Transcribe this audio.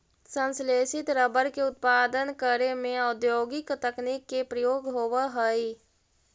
संश्लेषित रबर के उत्पादन करे में औद्योगिक तकनीक के प्रयोग होवऽ हइ